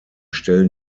stellen